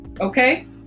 okay